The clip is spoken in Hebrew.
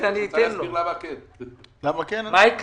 30% מהמסחר בחברות האלה לגמרי